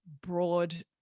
broad